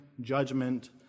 judgment